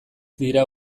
dira